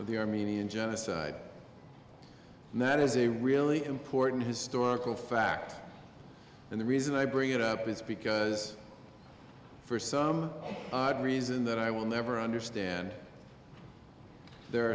of the armenian genocide and that is a really important historical fact and the reason i bring it up is because for some odd reason that i will never understand there